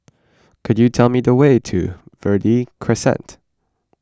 could you tell me the way to Verde Crescent